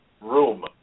room